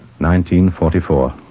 1944